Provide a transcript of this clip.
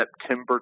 September